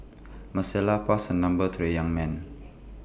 passed her number to the young man